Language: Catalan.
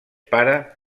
para